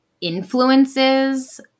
influences